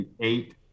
eight